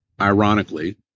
ironically